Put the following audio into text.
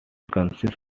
consists